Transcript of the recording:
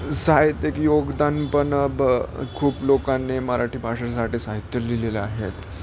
साहित्यिक योगदान पण ब खूप लोकांनी मराठी भाषेसाठी साहित्य लिहिलेले आहेत